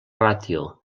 ràtio